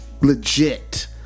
legit